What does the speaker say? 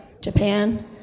Japan